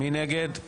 מי נגד?